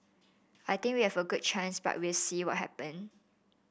I think we have a good chance but we'll see what happen